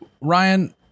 Ryan